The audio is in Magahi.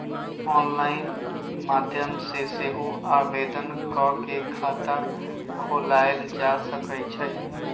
ऑनलाइन माध्यम से सेहो आवेदन कऽ के खता खोलायल जा सकइ छइ